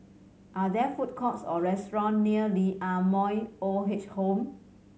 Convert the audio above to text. are there food courts or restaurants near Lee Ah Mooi Old Age Home